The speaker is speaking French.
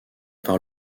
par